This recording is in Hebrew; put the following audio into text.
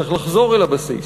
צריך לחזור אל הבסיס.